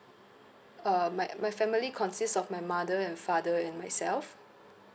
uh my my family consists of my mother and father and myself